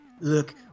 look